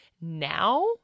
Now